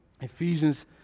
Ephesians